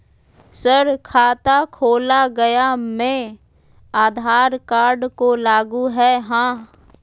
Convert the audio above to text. Sir खाता खोला गया मैं आधार कार्ड को लागू है हां?